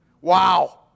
Wow